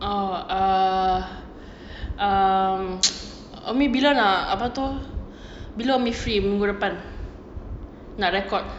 oh err um umi bila nak apa tu bila umi free minggu depan nak record